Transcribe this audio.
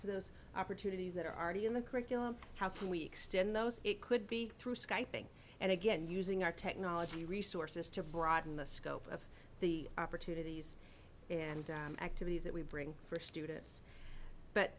to those opportunities that are already in the curriculum how can we extend those it could be through skype ing and again using our technology resources to broaden the scope of the opportunities and activities that we bring for students but